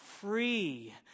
free